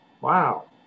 wow